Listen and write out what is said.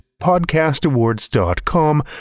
podcastawards.com